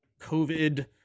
COVID